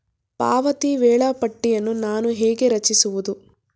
ಪಾವತಿ ವೇಳಾಪಟ್ಟಿಯನ್ನು ನಾನು ಹೇಗೆ ರಚಿಸುವುದು?